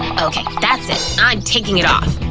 okay, that's it, i'm taking it off!